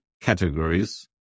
categories